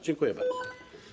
Dziękuję bardzo.